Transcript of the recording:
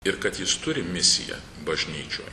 ir kad jis turi misiją bažnyčioj